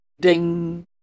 Ding